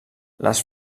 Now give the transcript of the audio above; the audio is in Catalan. les